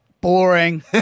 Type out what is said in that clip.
Boring